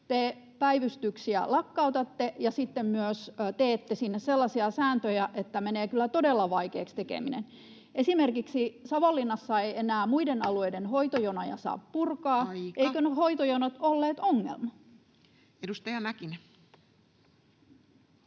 te päivystyksiä lakkautatte ja sitten myös teette sinne sellaisia sääntöjä, että menee kyllä todella vaikeaksi tekeminen? Esimerkiksi Savonlinnassa ei enää muiden alueiden hoitojonoja saa purkaa. [Puhemies: Aika!] Eivätkö ne hoitojonot olleet ongelma? Edustaja Mäkinen.